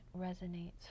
resonates